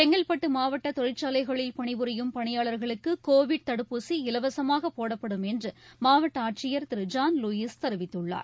செங்கல்பட்டு மாவட்ட தொழிற்சாலைகளில் பணிபுரியும் பணியாளர்களுக்கு கோவிட் தடுப்பூசி இலவசமாக போடப்படும் என்று மாவட்ட ஆட்சியர் திரு ஜான் லூயீஸ் தெரிவித்துள்ளார்